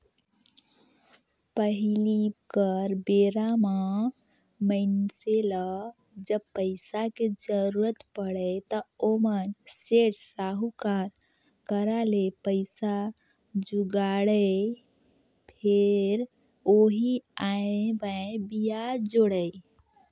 पहिली कर बेरा म मइनसे ल जब पइसा के जरुरत पड़य त ओमन सेठ, साहूकार करा ले पइसा जुगाड़य, फेर ओही आंए बांए बियाज जोड़य